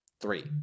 three